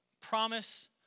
promise